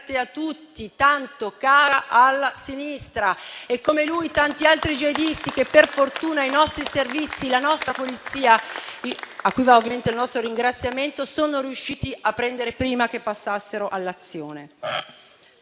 aperte a tutti, tanto cara alla sinistra, e come lui tanti altri jihadisti che per fortuna i nostri Servizi e la nostra Polizia, a cui va ovviamente il nostro ringraziamento, sono riusciti a prendere prima che passassero all'azione.